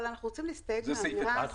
אבל אנחנו רוצים להסתייג מהאמירה הזו.